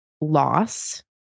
loss